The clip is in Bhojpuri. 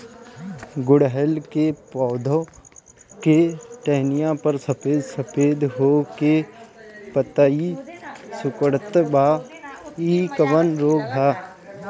गुड़हल के पधौ के टहनियाँ पर सफेद सफेद हो के पतईया सुकुड़त बा इ कवन रोग ह?